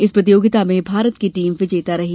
इस प्रतियोगिता में भारत की टीम विजेता रही